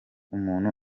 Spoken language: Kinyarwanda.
umuntu